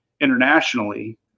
internationally